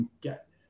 get